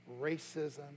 Racism